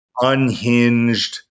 unhinged